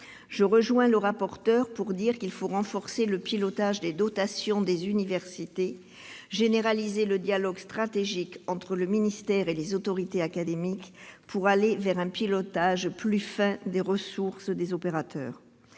Je rejoins le rapporteur spécial pour dire qu'il faut renforcer le pilotage des dotations des universités, généraliser le dialogue stratégique entre le ministère et les autorités académiques pour aller vers un pilotage plus fin des ressources des opérateurs.